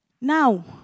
Now